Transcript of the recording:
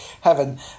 heaven